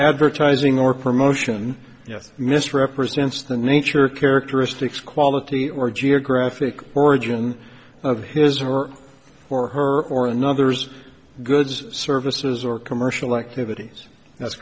advertising or promotion yes misrepresents the nature characteristics quality or geographic origin of his or her or her or another's goods services or commercial activities that's